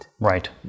Right